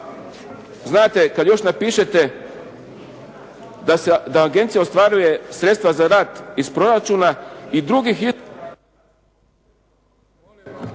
Znate kad još napišete da agencija ostvaruje sredstva za rad iz proračuna i drugih